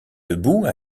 debout